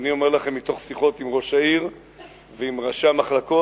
אני אומר לכם מתוך שיחות עם ראש העיר ועם ראשי המחלקות,